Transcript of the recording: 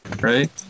right